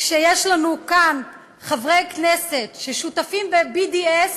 יש לנו כאן חברי כנסת ששותפים ב-BDS,